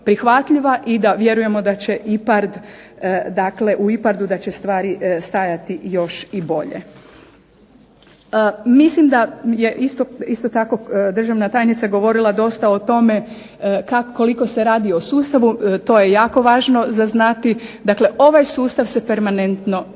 prihvatljiva i da vjerujemo da će IPARD, dakle u IPARD-u da će stvari stajati još i bolje. Mislim da je isto tako državna tajnica govorila o tome koliko se radi o sustavu. To je jako važno za znati. Dakle, ovaj sustav se permanentno